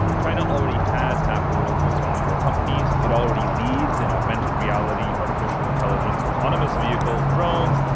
china already has half the world's most valuable companies. it already leads in augmented reality, artificial intelligence, autonomous vehicles, drones,